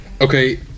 Okay